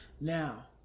Now